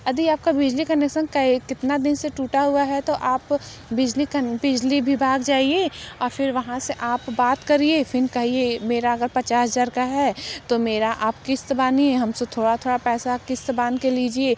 अदि आपका बिजली कनेक्शन कई कितना दिन से टूटा हुआ है तो आप बिजली कन बिजली विभाग जाइए और फिर वहाँ से आप बात करिए फिर कहिए मेरा अगर पचास हज़ार का है तो मेरा आप किश्त बाँधिए हम से थोड़ा थोड़ा पैसा किश्त बांध कर लीजिए